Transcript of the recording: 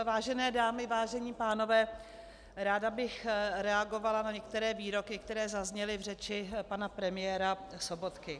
Vážené dámy, vážení pánové, ráda bych reagovala na některé výroky, které zazněly v řeči pana premiéra Sobotky.